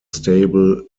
stable